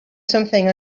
something